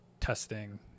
testing